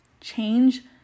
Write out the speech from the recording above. Change